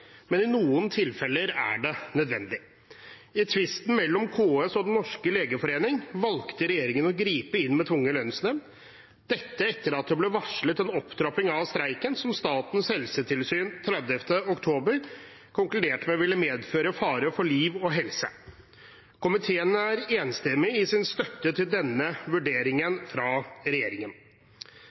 men i noen tilfeller er det nødvendig. I tvisten mellom KS og Den norske legeforening valgte regjeringen å gripe inn med tvungen lønnsnemnd, dette etter at det ble varslet en opptrapping av streiken, som Statens helsetilsyn 30. oktober konkluderte med ville medføre fare for liv og helse. Komiteen er enstemmig i sin støtte til denne vurderingen fra regjeringen.